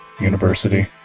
university